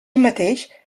mateix